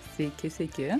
sveiki sveiki